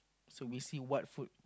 so we see what food